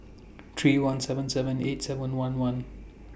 three one seven seven eight seven one one